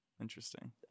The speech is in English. interesting